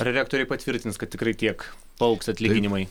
ar rektoriai patvirtins kad tikrai tiek paaugs atlyginimai